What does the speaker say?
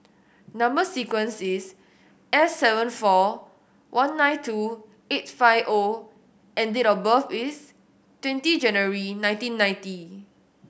number sequence is S seven four one nine two eight five O and date of birth is twenty January nineteen ninety